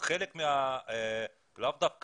אדוני היושב ראש,